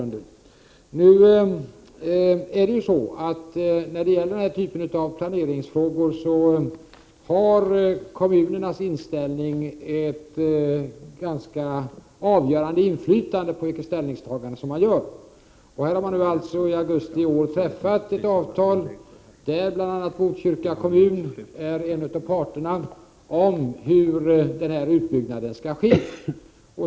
När det gäller denna typ av planeringsfrågor har kommunernas inställning ett ganska avgörande inflytande på vilket ställningstagande som görs. Här har man i augusti i år träffat ett avtal, där bl.a. Botkyrka kommun är en av parterna, om hur denna utbyggnad skall ske.